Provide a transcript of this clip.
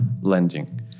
lending